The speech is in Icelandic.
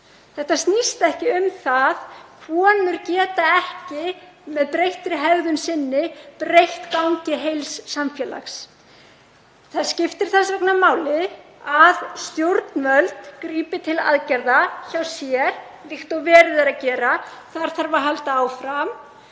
Þetta snýst ekki um það. Konur geta ekki með breyttri hegðun sinni breytt gangi heils samfélags. Það skiptir þess vegna máli að stjórnvöld grípi til aðgerða hjá sér líkt og verið er að gera. Þar þarf að halda áfram.